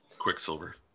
Quicksilver